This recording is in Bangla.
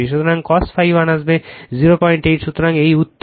সুতরাং cos ∅ 1 আসবে যা 08 সুতরাং এই উত্তর